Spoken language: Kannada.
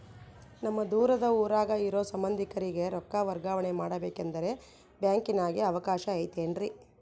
ನಮ್ಮ ದೂರದ ಊರಾಗ ಇರೋ ಸಂಬಂಧಿಕರಿಗೆ ರೊಕ್ಕ ವರ್ಗಾವಣೆ ಮಾಡಬೇಕೆಂದರೆ ಬ್ಯಾಂಕಿನಾಗೆ ಅವಕಾಶ ಐತೇನ್ರಿ?